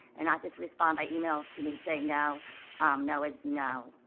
and not just respond by email to me saying, no no is no.